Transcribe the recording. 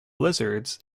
lizards